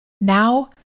now